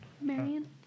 Marion